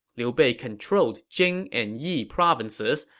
liu bei controlled jing and yi provinces,